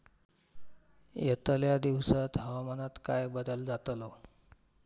यतल्या दिवसात हवामानात काय बदल जातलो?